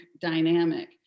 dynamic